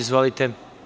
Izvolite.